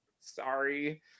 Sorry